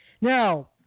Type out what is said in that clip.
now